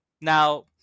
Now